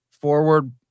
forward